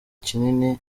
kinini